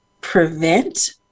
prevent